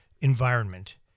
environment